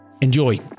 Enjoy